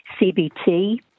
CBT